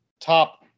top